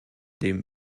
dem